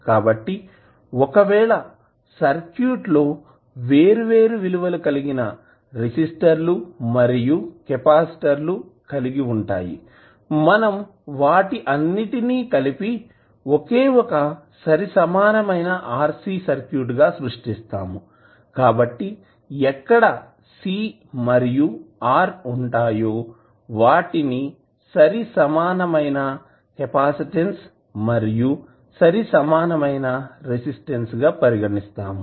కాబట్టి ఒకవేళ సర్క్యూట్ లో వేర్వేరు విలువలు కలిగిన రెసిస్టర్లు మరియు కెపాసిటర్లు కలిగి వుంటాయి మనం వాటి అన్నిటిని కలిపి ఒకే ఒక సరిసమానమైన RC సర్క్యూట్ గా సృష్టిస్తాము కాబట్టి ఎక్కడ C మరియు R వుంటాయో వాటిని సరిసమానమైన కెపాసిటన్స్ మరియు సరిసమానమైన రెసిస్టెన్స్ గా పరిగణిస్తాము